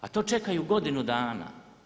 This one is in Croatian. A to čekaju godinu dana.